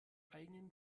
eigenen